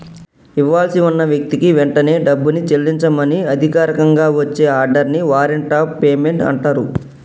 ఇవ్వాల్సి ఉన్న వ్యక్తికి వెంటనే డబ్బుని చెల్లించమని అధికారికంగా వచ్చే ఆర్డర్ ని వారెంట్ ఆఫ్ పేమెంట్ అంటరు